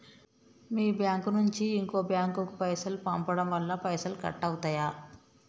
మీ bank నుంచి ఇంకో bank కు పైసలు పంపడం వల్ల పైసలు కట్ అవుతయా?